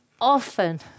often